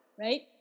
Right